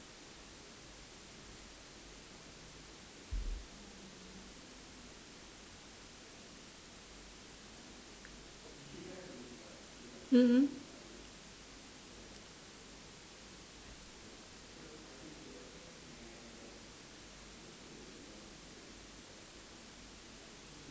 mm mm